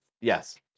Yes